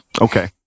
Okay